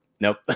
nope